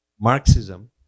Marxism